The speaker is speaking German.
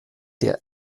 der